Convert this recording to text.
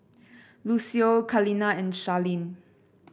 Lucio Kaleena and Charlene